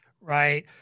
right